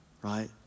right